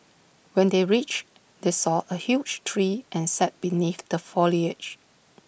when they reached they saw A huge tree and sat beneath the foliage